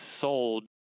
sold